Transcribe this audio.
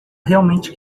realmente